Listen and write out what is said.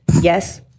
Yes